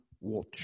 watch